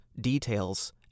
details